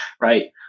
Right